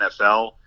NFL